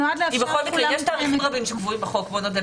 בכל מקרה יש תאריכים רבים שקבועים בחוק ובעוד הרבה